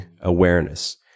awareness